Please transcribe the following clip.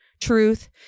Truth